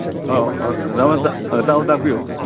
ꯑꯧ ꯇꯥꯃꯣ ꯇꯥꯛꯄꯤꯌꯨ